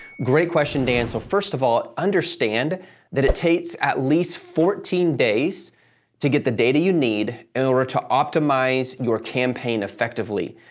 great question, dan, so first of all, understand that it takes at least fourteen days to get the data you need in order to optimize your campaign effectively.